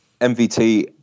MVT